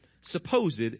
supposed